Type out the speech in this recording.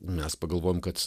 mes pagalvojom kad